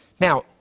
now